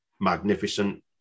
magnificent